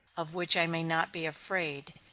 of which i may not be afraid.